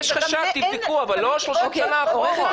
יש חשד, תבדקו, אבל לא 30 שנה אחורה.